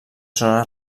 zona